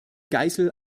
geißel